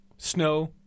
Snow